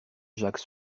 jacques